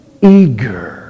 eager